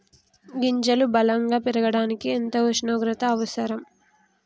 గింజలు బలం గా పెరగడానికి ఎంత ఉష్ణోగ్రత అవసరం?